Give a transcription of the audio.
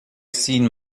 seen